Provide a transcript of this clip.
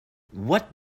what